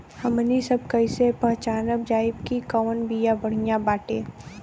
हमनी सभ कईसे पहचानब जाइब की कवन बिया बढ़ियां बाटे?